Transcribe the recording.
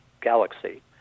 galaxy